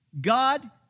God